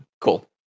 cool